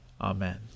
Amen